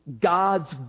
God's